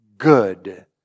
Good